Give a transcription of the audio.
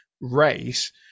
race